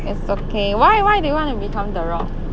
it's okay why why you want to become the rock